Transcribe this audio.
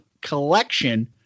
Collection